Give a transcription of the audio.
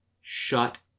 shut